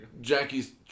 Jackie's